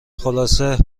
خلاصه